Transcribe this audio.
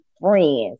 friends